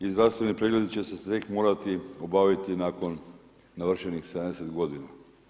I zdravstveni pregledi će se morati obaviti nakon navršenih 70 godina.